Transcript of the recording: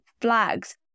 flags